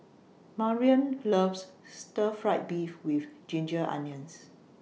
Marrion loves Stir Fried Beef with Ginger Onions